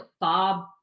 Bob